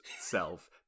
self